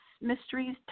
mysteries